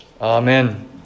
Amen